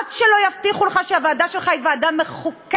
עד שלא יבטיחו לך שהוועדה שלך היא ועדה מחוקקת,